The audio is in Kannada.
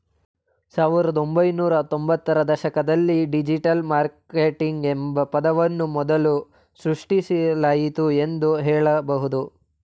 ಸಾವಿರದ ಒಂಬೈನೂರ ತ್ತೊಂಭತ್ತು ರ ದಶಕದಲ್ಲಿ ಡಿಜಿಟಲ್ ಮಾರ್ಕೆಟಿಂಗ್ ಎಂಬ ಪದವನ್ನು ಮೊದಲು ಸೃಷ್ಟಿಸಲಾಯಿತು ಎಂದು ಹೇಳಬಹುದು